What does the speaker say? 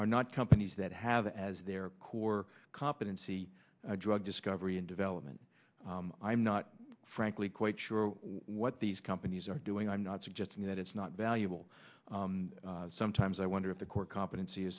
are not companies that have as their core competency drug discovery and development i'm not frankly quite sure what these companies are doing i'm not suggesting that it's not valuable sometimes i wonder if the core competency